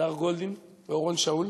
הדר גולדין ואורון שאול.